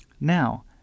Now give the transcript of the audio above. Now